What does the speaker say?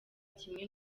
kimwe